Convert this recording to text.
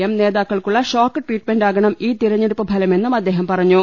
M നേതാക്കൾക്കുള്ള shock ട്രീറ്റ്മെൻറാകണം ഈ തിരഞ്ഞെടുപ്പ് ഫലമെന്നും അദ്ദേഹം പറഞ്ഞു